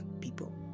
people